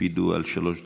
תקפידו על שלוש דקות,